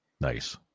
Nice